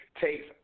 takes